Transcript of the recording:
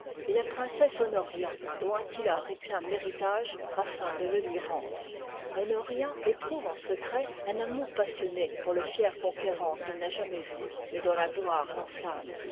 et la princesse honoria dont attila réclame l'héritage afin de le lui rendre honoria éprouve en secret un amour passionné pour le fier conquérant qu'elle n'a jamais vu mais dont la gloire